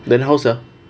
then how sia